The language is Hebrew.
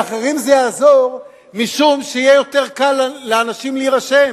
לאחרים זה יעזור משום שיהיה קל יותר לאנשים להירשם,